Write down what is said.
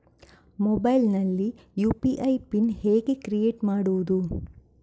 Mobile ನಲ್ಲಿ UPI pin ಹೇಗೆ create ಮಾಡುವುದು?